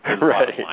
Right